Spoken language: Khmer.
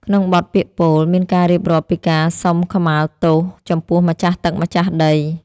ក្នុងបទពាក្យពោល មានការរៀបរាប់ពីការសុំខមាទោសចំពោះម្ចាស់ទឹកម្ចាស់ដី។